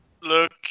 Look